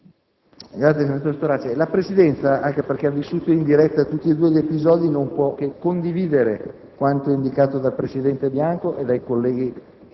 Grazie, senatore Storace. La Presidenza, anche perché ha vissuto personalmente entrambi gli episodi, non può che condividere quanto indicato dal presidente Bianco e dai colleghi